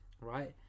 Right